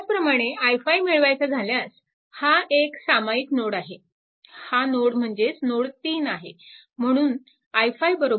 त्याचप्रमाणे i5 मिळवायचा झाल्यास हा एक सामायिक नोड आहे हा नोड म्हणजेच नोड 3 आहे